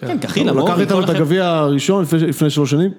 כן, תכין. הוא לקח את הגביע הראשון לפני שלוש שנים.